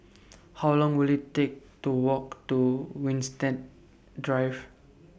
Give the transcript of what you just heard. How Long Will IT Take to Walk to Winstedt Drive